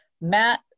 Matt